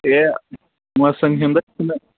ہے پونٛسَن ہُنٛد حظ چھِنہٕ